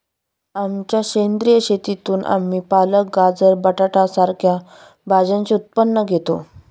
आमच्या सेंद्रिय शेतीतून आम्ही पालक, गाजर, बटाटा सारख्या भाज्यांचे उत्पन्न घेतो